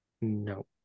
no